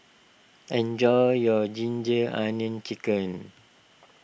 enjoy your Ginger Onions Chicken